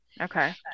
Okay